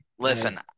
Listen